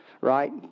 Right